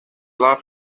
lot